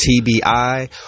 TBI